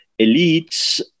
elites